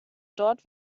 dort